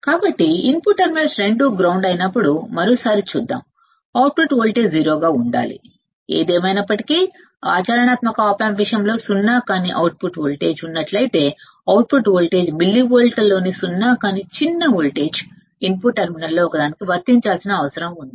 కాబట్టి input terminals రెండూ grounded అయినప్పుడు మరోసారి చూద్దాం అవుట్పుట్ వోల్టేజ్ ఐడియల్ గా సున్నా ఉండాలి ఏది ఏమయినప్పటికీ ఆచరణాత్మక ఆప్ ఆంప్ విషయంలో సున్నా కాకుండా అవుట్పుట్ వోల్టేజ్ ఉన్నట్లయితే అవుట్పుట్ వోల్టేజ్ మిల్లివోల్ట్లలోని సున్నా కాని చిన్న వోల్టేజ్ మిల్లివోల్ట్లలోని చిన్న వోల్టేజ్ ని ఇన్పుట్ టెర్మినల్లో ఒకదానికి వర్తించాల్సిన అవసరం ఉంది